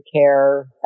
care